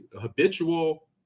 habitual